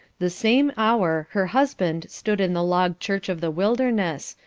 the same hour her husband stood in the log church of the wilderness,